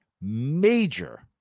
major